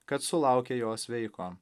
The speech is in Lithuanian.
kad sulaukė jo sveiko